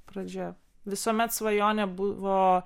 pradžioje visuomet svajonė buvo